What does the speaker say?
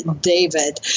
David